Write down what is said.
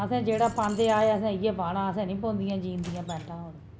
अस जेह्ड़ा पांदे असें इ'यै पाना असें निं पौंदियां जिंदियां पैंटां हू'न